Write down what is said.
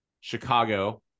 Chicago